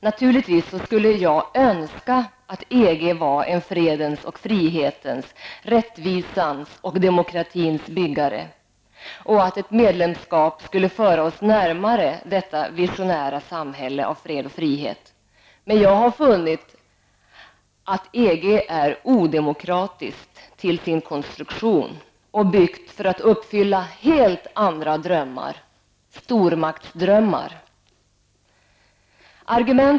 Naturligtvis skulle jag önska att EG var en fridens och frihetens, rättvisans och demokratins byggare och att ett medlemskap skulle föra oss närmare detta visionära samhälle av fred och frihet. Men jag har funnit att EG är odemokratiskt till sin konstruktion och byggt för att uppfylla helt andra drömmar, stormaktsdrömmar!